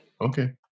Okay